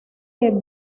que